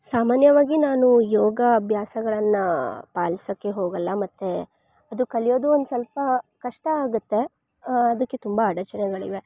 ಸಾಮಾನ್ಯವಾಗಿ ನಾನು ಯೋಗ ಅಭ್ಯಾಸಗಳನ್ನು ಪಾಲಿಸೋಕ್ಕೆ ಹೋಗೋಲ್ಲ ಮತ್ತೆ ಅದು ಕಲಿಯೋದು ಒಂದು ಸ್ವಲ್ಪ ಕಷ್ಟ ಆಗುತ್ತೆ ಅದಕ್ಕೆ ತುಂಬ ಅಡಚಣೆಗಳಿವೆ